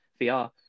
VR